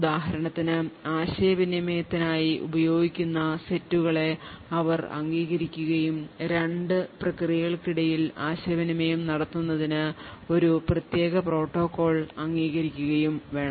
ഉദാഹരണത്തിന് ആശയവിനിമയത്തിനായി ഉപയോഗിക്കുന്ന സെറ്റുകളെ അവർ അംഗീകരിക്കുകയും രണ്ട് പ്രക്രിയകൾക്കിടയിൽ ആശയവിനിമയം നടത്തുന്നതിന് ഒരു പ്രത്യേക പ്രോട്ടോക്കോൾ അംഗീകരിക്കുകയും വേണം